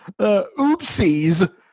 oopsies